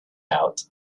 out